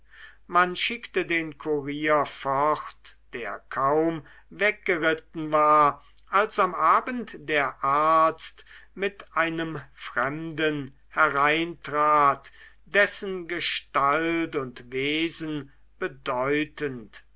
man schickte den kurier fort der kaum weggeritten war als am abend der arzt mit einem fremden hereintrat dessen gestalt und wesen bedeutend